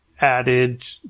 added